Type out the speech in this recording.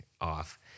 off